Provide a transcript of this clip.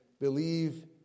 Believe